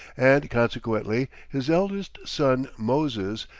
and consequently his eldest son, moses,